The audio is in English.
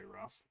rough